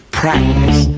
practice